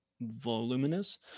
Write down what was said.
voluminous